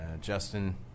Justin